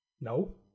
No